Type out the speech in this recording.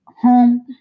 home